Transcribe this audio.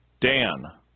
Dan